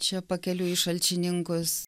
čia pakeliui į šalčininkus